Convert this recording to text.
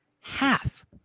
half